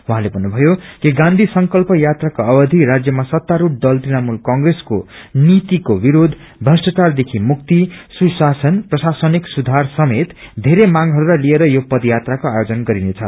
उहाँले भन्नुभयो कि गाँधी संकल्प यात्राको अवधि राज्यमा सत्तास्ढ़ दल तृणमूल कंग्रेसको नीतिको विरोष प्रष्टाचारदेखि मुक्ति सुशासन प्रशासनिक सुधार समंत धेरै मांगहरूलाई लिएर यो पदयात्राको आयोजन गरिनेछ